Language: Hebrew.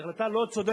היא החלטה לא צודקת,